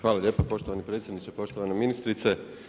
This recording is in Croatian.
Hvala lijepo poštovani predsjedniče, poštovana ministrice.